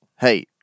hey